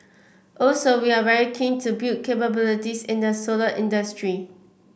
also we are very keen to build capabilities in the solar industry